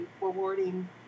rewarding